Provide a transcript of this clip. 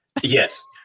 yes